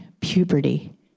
puberty